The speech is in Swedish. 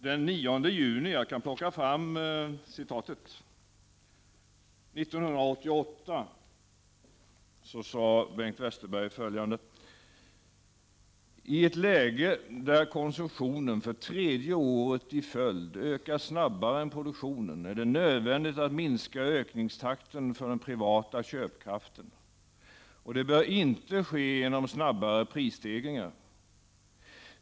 Den 9 juni 1988 sade Bengt Westerberg följande: ”I ett läge där konsumtionen för tredje året i följd ökar snabbare än produktionen är det nödvändigt att minska ökningstakten för den privata köpkraften, och det bör inte ske genom snabbare prisstegringar.